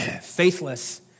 faithless